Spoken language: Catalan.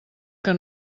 que